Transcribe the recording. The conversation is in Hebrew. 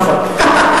נכון.